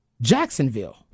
Jacksonville